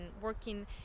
working